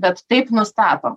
bet taip nustato